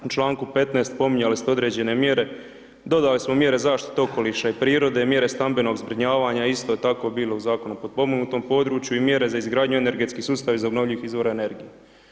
U članku 15. spominjali ste određene mjere, dodali smo mjere zaštite okoliša i prirode, mjere stambenog zbrinjavanja isto je tako bilo u Zakonu o potpomognutom području i mjere za izgradnju energetskih sustava iz obnovljivih izvora energije.